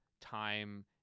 time